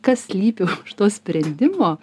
kas slypi už to sprendimo